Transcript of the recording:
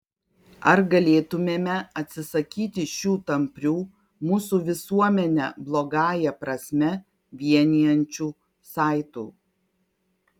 ar galėtumėme atsisakyti šių tamprių mūsų visuomenę blogąją prasme vienijančių saitų